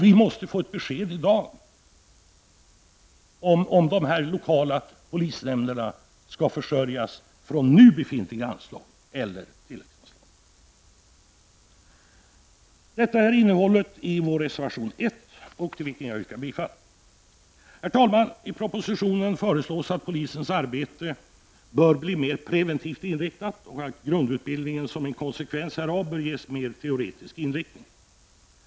Vi måste få ett besked i dag om dessa lokala polisnämnder skall försörjas från nu befintliga anslag eller från tilläggsanslag. Detta är innehållet i reservation 1, till vilken jag yrkar bifall. Herr talman! I propositionen föreslås att polisens arbete bör bli mer preventivt inriktat och att grundutbildningen som en konsekvens härav bör ges en mer teoretisk inriktning.